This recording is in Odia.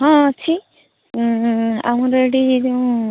ହଁ ଅଛି ଆମର ଏଠି ଯେଉଁ